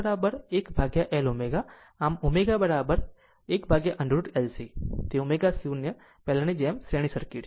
આમ ω C 1 L ω આમ ω 1 √ L C તે ω0 પહેલાંની જેમ શ્રેણી સર્કિટ છે